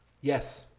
Yes